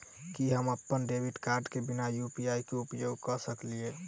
की हम अप्पन debit card केँ बिना यु.पी.आई केँ उपयोग करऽ सकलिये?